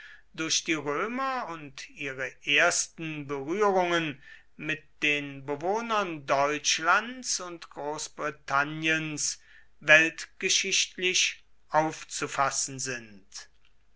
durch die römer und ihre ersten berührungen mit den bewohnern deutschlands und großbritanniens weltgeschichtlich aufzufassen sind